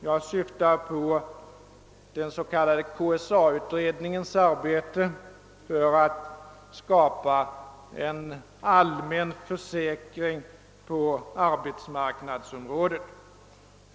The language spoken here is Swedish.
Jag syftar på den s.k. KSA-utredningens arbete för att skapa en allmän försäkring på arbetsmarknadsområdet.